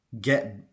get